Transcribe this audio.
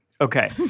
okay